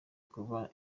kuba